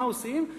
מה עושים?